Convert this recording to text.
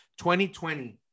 2020